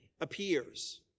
appears